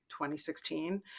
2016